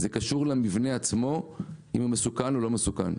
זה קשור למבנה עצמו, אם הוא מסוכן או לא מסוכן.